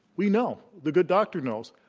we know, the good doctor knows,